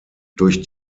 durch